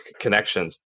connections